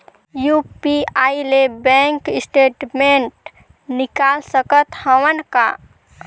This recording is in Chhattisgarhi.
यू.पी.आई ले बैंक स्टेटमेंट निकाल सकत हवं का?